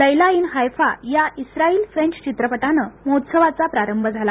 Laila in Haifa या Israeli French चित्रपटानं महोत्सवाचा प्रारंभ झाला